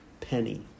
Penny